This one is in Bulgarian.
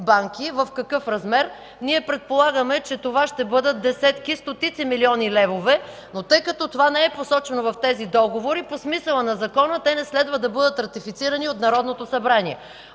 банки и в какъв размер. Ние предполагаме, че това ще бъдат десетки, стотици милиони левове. Но тъй като това не е посочено в тези договори, по смисъла на закона те не следва да бъдат ратифицирани от Народното събрание.